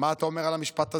מה אתה אומר על המשפט הזה?